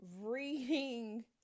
reading